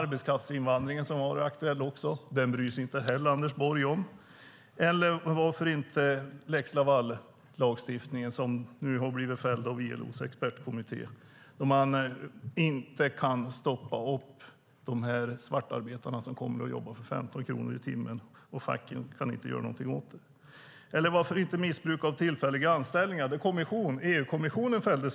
Arbetskraftsinvandringen har varit aktuell också. Den bryr sig inte heller Anders Borg om. Och varför inte ta lex Laval-lagstiftningen, som nu har blivit fälld av ILO:s expertkommitté, att man inte kan stoppa de svartarbetare som kommer och jobbar för 15 kronor i timmen, att facken inte kan göra något åt det. Jag kan också nämna missbruket av tillfälliga anställningar. Där fällde EU-kommissionen Sverige.